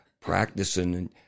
Practicing